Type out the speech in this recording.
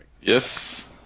Yes